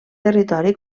territori